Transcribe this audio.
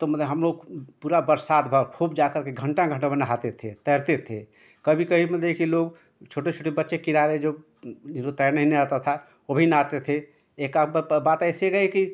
तो मतलब हम लोग पूरा बरसात भर खूब जाकर के घंटा घंटा भर नहाते थे तैरते थे कभी कभी मतलब कि लोग छोटे छोटे बच्चे किराने जो जिनको तैरने नइ आता था वो भी नहाते थे एकाध बार बात ऐसे गई कि